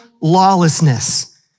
lawlessness